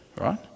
right